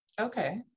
Okay